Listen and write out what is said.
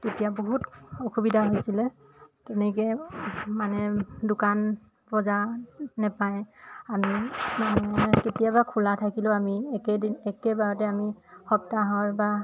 তেতিয়া বহুত অসুবিধা হৈছিলে তেনেকৈ মানে দোকান বজাৰ নাপায় আমি মানে কেতিয়াবা খোলা থাকিলেও আমি একেদিন একেবাৰতে আমি সপ্তাহৰ বা